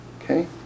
Okay